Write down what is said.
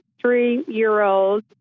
three-year-old